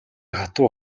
хатуу